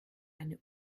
eine